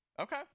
Okay